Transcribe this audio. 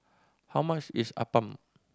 how much is appam